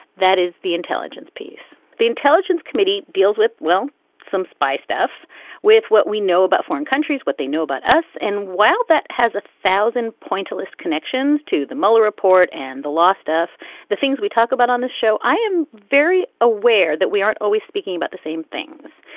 that is the intelligence piece. the intelligence committee deals with well some spy stuff with what we know about foreign countries what they know about us. and while that has a thousand point a-list connections to the mueller report and the last half the things we talk about on the show i am very aware that we aren't always speaking about the same things.